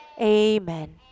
Amen